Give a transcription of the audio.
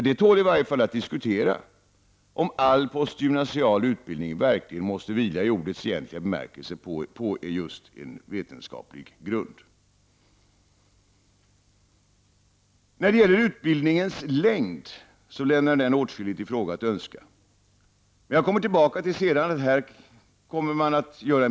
Det tål att diskutera om all postgymnasial utbildning verkligen måste vila på en vetenskaplig grund i ordens egentliga bemärkelse. Utbildningens längd lämnar åtskilligt övrigt att önska. Jag kommer tillbaka till detta senare.